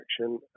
action